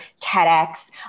TEDx